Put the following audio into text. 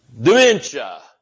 dementia